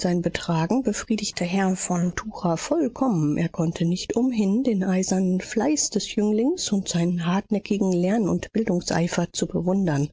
sein betragen befriedigte herrn von tucher vollkommen er konnte nicht umhin den eisernen fleiß des jünglings und seinen hartnäckigen lern und bildungseifer zu bewundern